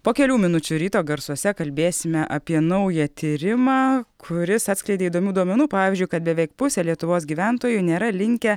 po kelių minučių ryto garsuose kalbėsime apie naują tyrimą kuris atskleidė įdomių duomenų pavyzdžiui kad beveik pusė lietuvos gyventojų nėra linkę